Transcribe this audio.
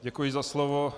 Děkuji za slovo.